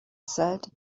said